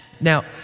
Now